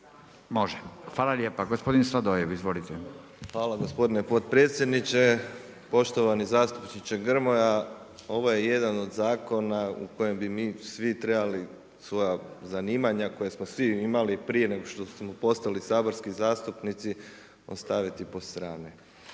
Može. Hvala lijepa. Gospodin Sladoljev, izvolite. **Sladoljev, Marko (MOST)** Hvala gospodine potpredsjedniče, poštovani zastupniče Grmoja. Ovo je jedan od zakona u kojem bi mi svi trebali svoja zanimanja koja smo svi imali prije nego što smo postali saborski zastupnici ostaviti po strani.